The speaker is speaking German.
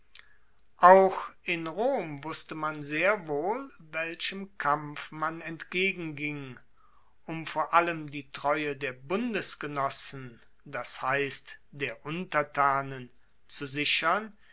auch in rom wusste man sehr wohl welchem kampf man entgegenging um vor allem die treue der bundesgenossen das heisst der untertanen zu sichern